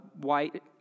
white